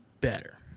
better